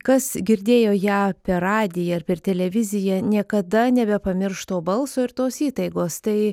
kas girdėjo ją per radiją ar per televiziją niekada nebepamirš to balso ir tos įtaigos tai